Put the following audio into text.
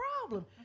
problem